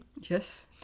Yes